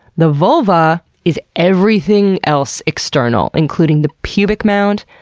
the vulva is everything else external, including the pubic mound,